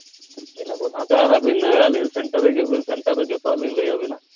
ᱤᱱᱟᱹ ᱠᱚ ᱥᱟᱶᱛᱮ ᱟᱨ ᱟᱹᱵᱤᱱ ᱟᱹᱞᱤᱧ ᱥᱮᱱᱴᱟᱨ ᱦᱤᱡᱩᱜ ᱵᱮᱱ ᱥᱮᱱᱴᱟᱨ ᱨᱮ ᱡᱚᱛᱚᱣᱟᱜ ᱞᱤᱧ ᱞᱟᱹᱭ ᱟᱹᱵᱤᱱᱟ